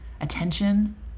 attention